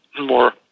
more